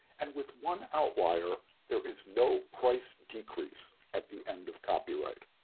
and with one outlier there is no price decrease at the end of copyright.